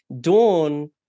Dawn